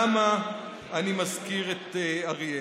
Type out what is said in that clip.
למה אני מזכיר את אריאל,